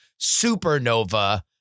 supernova